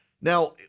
Now